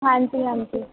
ਹਾਂਜੀ ਹਾਂਜੀ